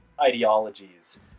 ideologies